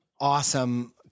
awesome